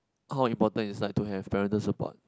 how important is like to have parental support